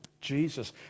Jesus